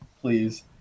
Please